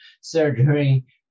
surgery